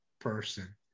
person